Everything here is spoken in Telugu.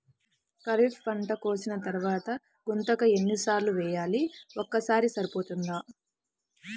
ఖరీఫ్ పంట కోసిన తరువాత గుంతక ఎన్ని సార్లు వేయాలి? ఒక్కసారి సరిపోతుందా?